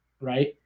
right